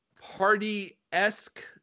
party-esque